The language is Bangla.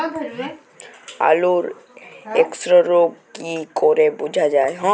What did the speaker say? আলুর এক্সরোগ কি করে বোঝা যায়?